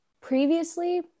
previously